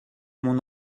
mon